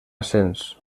sens